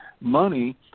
money